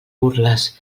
burles